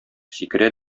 сикерә